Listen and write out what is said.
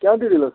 کیٛاہ دٔلیٖل ٲس